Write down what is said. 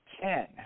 ten